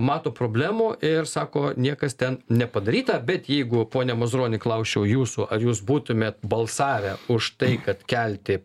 mato problemų ir sako niekas ten nepadaryta bet jeigu pone mazuroni klausčiau jūsų ar jūs būtumėt balsavę už tai kad kelti